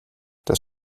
das